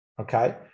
okay